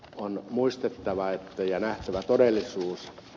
on muistettava ja nähtävä todellisuus